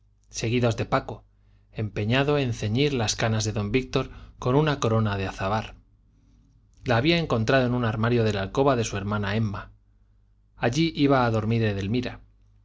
seguidos de paco empeñado en ceñir las canas de don víctor con una corona de azahar la había encontrado en un armario de la alcoba de su hermana emma allí iba a dormir